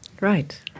Right